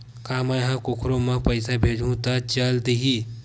का मै ह कोखरो म पईसा भेजहु त चल देही?